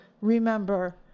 remember